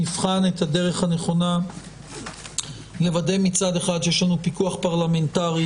נבחן את הדרך הנכונה לוודא שמצד אחד יש לנו פיקוח פרלמנטרי